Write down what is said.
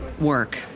work